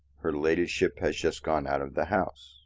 her ladyship has just gone out of the house.